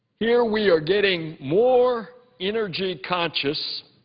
here we are getting more energy conscious